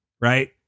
Right